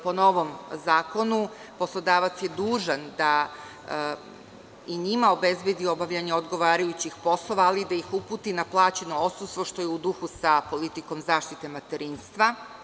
Po novom zakonu poslodavac je dužan da i njima obezbedi obavljanje odgovarajućih poslova, ali i da ih uputi na plaćeno odsustvo što je u duhu sa politikom zaštite materinstva.